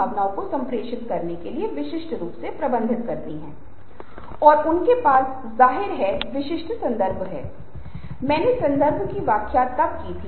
महिलाओं को अक्सर लगता है कि पुरुष उन्हें सुन नहीं रहे हैं क्योंकि पुरुष एक महिला की समस्या के बारे में सुनते हैं और तुरंत समाधान देने का प्रयास करते है